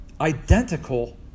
identical